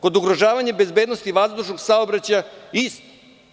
Kod ugrožavanja bezbednosti vazdušnog saobraćaja isto.